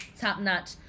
top-notch